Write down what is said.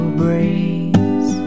breeze